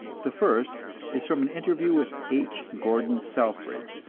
the first is from an interview with h. gordon selfridge,